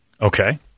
Okay